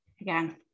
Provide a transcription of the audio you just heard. again